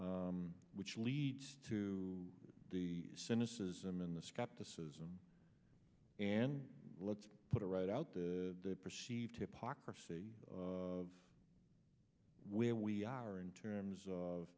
which leads to the cynicism in the skepticism and let's put it right out the perceived hypocrisy of where we are in terms of